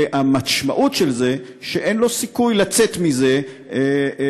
והמשמעות של זה היא שאין לו סיכוי לצאת מזה בצורה,